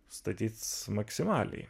statyt maksimaliai